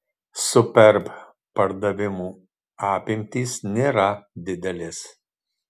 superb pardavimų apimtys nėra didelės